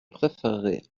préférerais